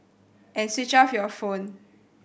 and switch off your phone